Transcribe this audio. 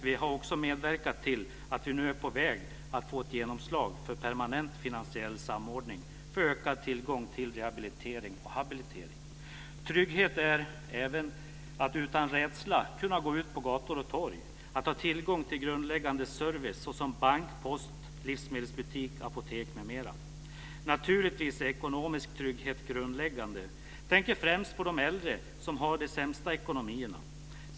Vi har medverkat till att vi nu är på väg att få genomslag för permanent finansiell samordning för ökad tillgång till rehabilitering och habilitering. Trygghet är även att utan rädsla kunna gå ut på gator och torg, att ha tillgång till grundläggande service såsom bank, post, livsmedelsbutik, apotek. Naturligtvis är ekonomisk trygghet grundläggande. Jag tänker främst på de äldre som har de sämsta ekonomierna.